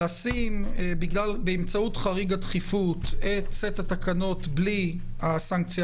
לשים באמצעות חריג הדחיפות את סט התקנות בלי הסנקציה